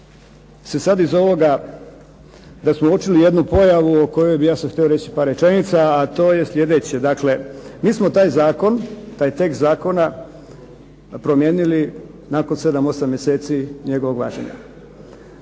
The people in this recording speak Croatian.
da sada iz ovoga da smo uočili jednu pojavu o kojoj bih ja htio reći par rečenica a to je sljedeće, dakle mi smo taj tekst Zakona promijenili nakon 7, 8 mjeseci njegovog važenja.